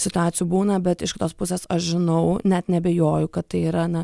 situacijų būna bet iš kitos pusės aš žinau net neabejoju kad tai yra na